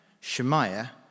Shemaiah